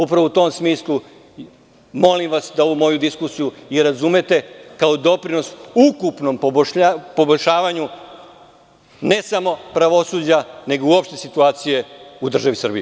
Upravo, u tom smislu molim vas da ovu moju diskusiju i razumete kao doprinos ukupnom poboljšavanju ne samo pravosuđa, nego uopšte situacije u državi Srbiji.